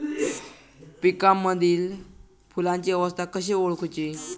पिकांमदिल फुलांची अवस्था कशी ओळखुची?